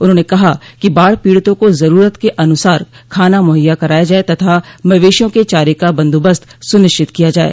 उन्होंने कहा कि बाढ़ पीड़ितों को जरूरत के अनुसार खाना मुहैया कराया जाये तथा मवेशियों के चारे का बंदोबस्त सुनिश्चित किया जाये